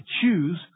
choose